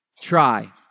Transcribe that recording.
Try